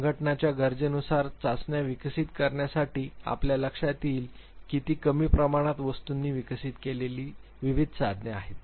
संघटनांच्या गरजेनुसार चाचण्या विकसित करण्यासाठी आपल्या लक्षात येईल की ती कमी प्रमाणात वस्तूंनी विकसित केलेली विविध साधने आहेत